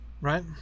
right